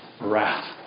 wrath